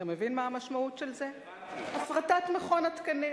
אתה מבין מה המשמעות של זה, הפרטת מכון התקנים,